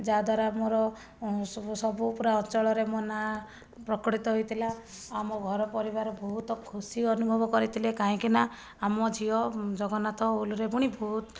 ଯାହାଦ୍ୱାରା ମୋର ଉଁ ସବୁ ସବୁ ପୁରା ଅଞ୍ଚଳରେ ମୋ ନାଆଁ ପ୍ରକଟିତ ହୋଇଥିଲା ଆମ ଘର ପରିବାର ବହୁତ ଖୁସି ଅନୁଭବ କରିଥିଲେ କାହିଁକିନା ଆମ ଝିଅ ଜଗନ୍ନାଥ ଉଲ୍ ରେ ବୁଣି ବହୁତ